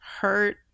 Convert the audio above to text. hurt –